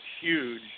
huge